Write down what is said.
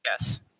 Yes